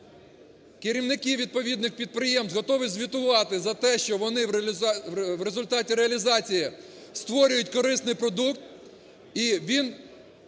Керівники відповідних підприємств готові звітувати за те, що вони в результаті реалізації створюють корисний продукт